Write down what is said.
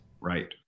Right